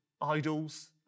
idols